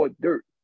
dirt